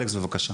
אלכס, בבקשה.